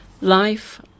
Life